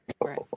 Right